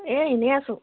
এই এনেই আছোঁ